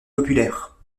populaires